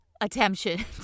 attention